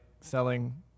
selling